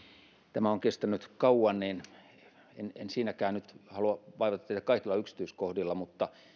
tämä on kestänyt kauan en en siinäkään nyt halua vaivata teitä kaikilla yksityiskohdilla mutta